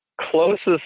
closest